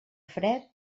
fred